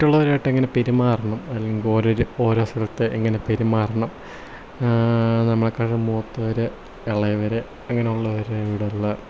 മറ്റുള്ളവരുമായിട്ട് എങ്ങനെ പെരുമാറണം അല്ലെങ്കിൽ ഓരോര് ഓരോ സ്ഥലത്ത് എങ്ങനെ പെരുമാറണം നമ്മളെക്കാളും മൂത്തവർ ഇളയവർ അങ്ങനെ ഉള്ളവരോടുള്ള